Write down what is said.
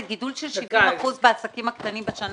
זה גידול של 70% בעסקים הקטנים בשנה האחרונה.